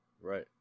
Right